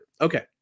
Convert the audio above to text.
Okay